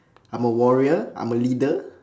I'm a warrior I'm a leader